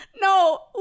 No